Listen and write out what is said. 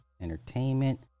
Entertainment